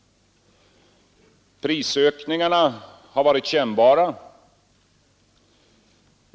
Prisökningarna har varit kännbara.